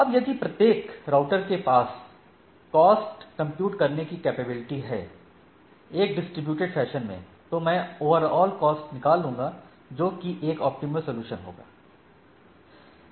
अब यदि प्रत्येक राउटर के पास कॉस्ट कंप्यूट करने की कैपेबिलिटी है एक डिस्ट्रीब्यूट्ड फैशन में तो मैं ओवरऑल कॉस्ट निकाल लूंगा जो कि एक ऑप्टिमल सलूशन होगा